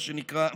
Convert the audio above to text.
מה שנקרא,